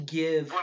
give